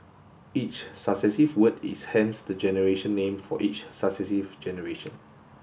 each successive word is hence the generation name for each successive generation